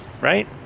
right